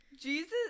Jesus